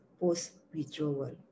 post-withdrawal